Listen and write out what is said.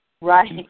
Right